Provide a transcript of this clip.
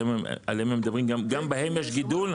עליהן מדברים וגם בהן יש גידול?